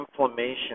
inflammation